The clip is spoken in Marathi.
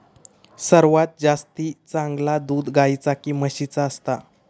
सर्वात जास्ती चांगला दूध गाईचा की म्हशीचा असता?